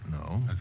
no